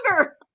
sugar